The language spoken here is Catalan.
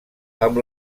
amb